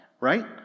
right